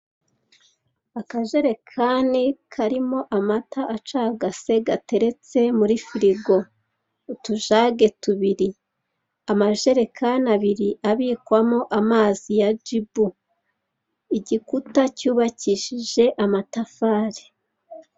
Akajerekani karimo amata acagase gateretse muri firigo. Utujage tubiri. Amajerekani abiri abikwamo amazi ya Jibu. Igikuta cyubakishije amatafari.